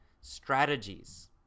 strategies